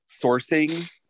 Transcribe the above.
sourcing